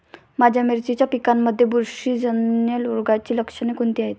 माझ्या मिरचीच्या पिकांमध्ये बुरशीजन्य रोगाची लक्षणे कोणती आहेत?